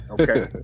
Okay